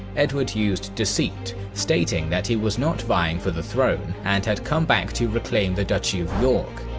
edward used deceit, stating that he was not vying for the throne and had come back to reclaim the duchy of york.